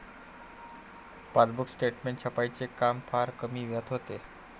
passbook statement छपाईचे काम फार कमी वेळात होते